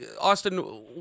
Austin